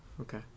Okay